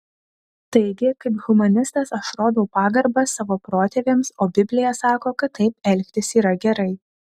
taigi kaip humanistas aš rodau pagarbą savo protėviams o biblija sako kad taip elgtis yra gerai